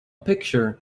picture